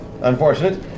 unfortunate